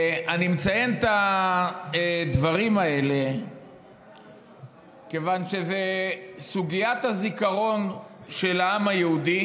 אני מציין את הדברים האלה כיוון שסוגיית הזיכרון של העם היהודי